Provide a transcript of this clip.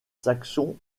saxons